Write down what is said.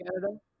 Canada